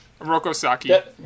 Rokosaki